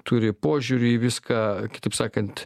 turi požiūrį į viską kitaip sakant